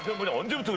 don't do do